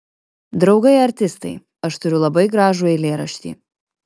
draugai artistai aš turiu labai gražų eilėraštį